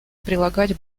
прилагать